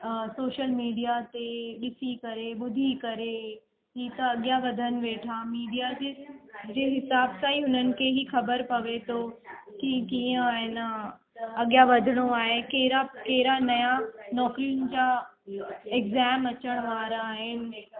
social media ते ॾिसी करे ॿुधी करे ही त अॻिया वधनि वेठा मीडिया जंहिं जंहिं हिसाब सां ई हुननि खे ही ख़बर पवे थो कि कीअं आहे न अॻिया वधिणो आहे कि कहिड़ा कहिड़ा नवां नौकिरियुनि जा एक्ज़ाम अचण वारा आहिनि